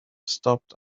stopped